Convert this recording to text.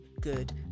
good